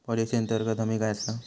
Policy अंतर्गत हमी काय आसा?